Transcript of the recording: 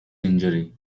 injury